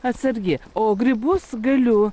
atsargi o grybus galiu